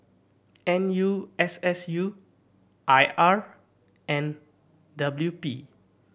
N U S S U I R and W P